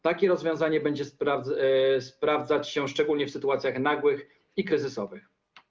Takie rozwiązanie będzie sprawdzać się szczególnie w sytuacjach nagłych i kryzysowych.